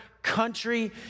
Country